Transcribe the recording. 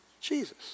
Jesus